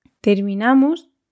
Terminamos